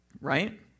Right